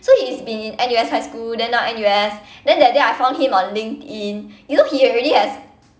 so he's been in N_U_S highschool then now N_U_S then that day I found him on linkedin you know he already has